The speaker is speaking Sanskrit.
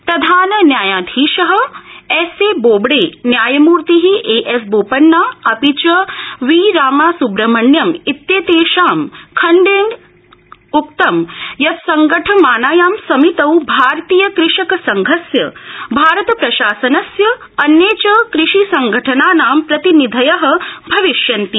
प्रधानन्यायाधीश एसएबोबड़े न्यायमूर्ति एएस बोपन्ना अपि च वीरामासुब्रमण्यम इत्येतेषां खण्डपीठेन उक्तं यत् संघटमानायाम् समितौ भारतीय कषक संघस्य भारत प्रशासनस्य अन्ये च कृषिसंघटनानां प्रतिनिधय भविष्यन्ति